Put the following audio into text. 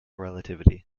relativity